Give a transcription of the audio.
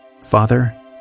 Father